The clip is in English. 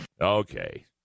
Okay